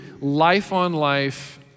life-on-life